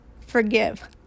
forgive